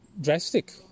drastic